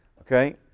Okay